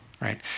right